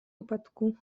upadku